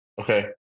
Okay